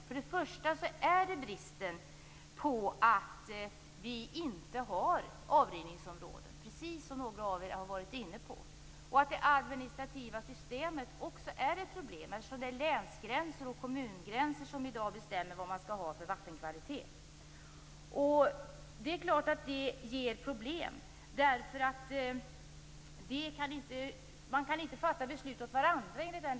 Till att börja med gäller det bristen på avrinningsområden. Det administrativa systemet är också ett problem eftersom det finns länsgränser och kommungränser som i dag bestämmer vattenkvaliteten. Det är klart att detta innebär problem.